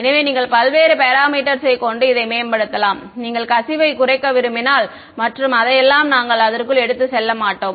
எனவே நீங்கள் பல்வேறு பேராமீட்டர்ஸை கொண்டு இதை மேம்படுத்தலாம் நீங்கள் கசிவை குறைக்க விரும்பினால் மற்றும் அதையெல்லாம் நாங்கள் அதற்குள் எடுத்து செல்ல மாட்டோம்